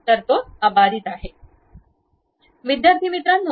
तर तो अबाधित आहे